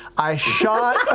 i shot